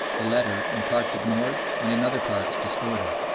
the letter in parts ignored and in other parts distorted.